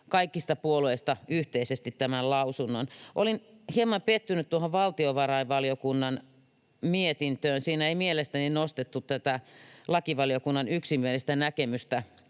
kaikki puolueet tekivät yhteisesti tämän lausunnon. Olin hieman pettynyt valtiovarainvaliokunnan mietintöön. Siinä ei mielestäni nostettu tätä lakivaliokunnan yksimielistä näkemystä